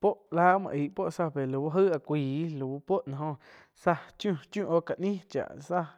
Puoh la muoh aih puo záh pe lau aig áh cuaih puoh noh joh záh chiu, chiu oh ka nih cha záh